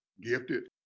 gifted